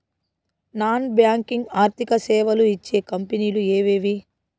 Non banking ఆర్థిక సేవలు ఇచ్చే కంపెని లు ఎవేవి?